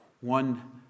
One